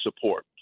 support